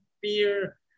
Fear